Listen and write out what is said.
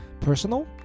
personal